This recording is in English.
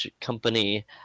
Company